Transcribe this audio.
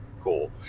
cool